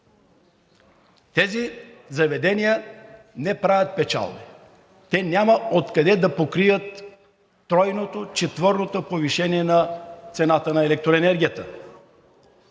Тези заведения не правят печалба. Те няма откъде да покрият тройното, четворното повишение на цената на електроенергията